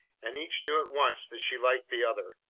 and each knew at once that she liked the other.